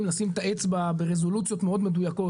לשים את האצבע ברזולוציות מאוד מדויקות,